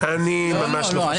אני לא חושב כך.